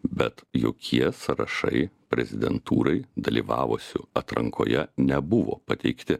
bet jokie sąrašai prezidentūrai dalyvavusių atrankoje nebuvo pateikti